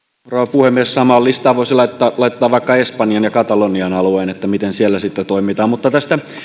puhemies samaan listaan voisi laittaa laittaa vaikka espanjan ja katalonian alueen miten siellä sitten toimitaan mutta tästä